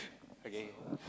okay